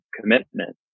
commitment